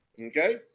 Okay